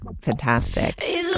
fantastic